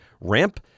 Ramp